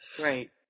right